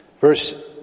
Verse